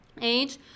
Age